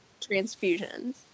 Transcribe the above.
transfusions